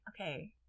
okay